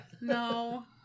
No